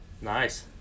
Nice